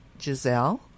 Giselle